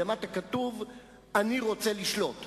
אני קורא לך לסדר פעם ראשונה.